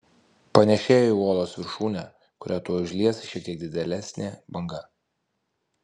panėšėjo į uolos viršūnę kurią tuoj užlies šiek tiek didėlesnė banga